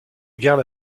gare